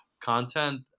content